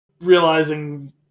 realizing